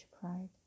pride